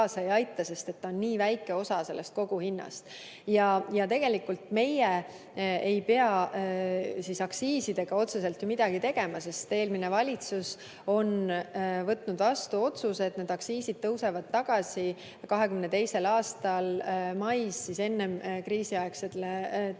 sest ta on nii väike osa koguhinnast. Tegelikult meie ei pea aktsiisidega otseselt ju midagi tegema, sest eelmine valitsus on võtnud vastu otsuse, et need aktsiisid tõusevad 2022. aasta mais tagasi kriisieelsele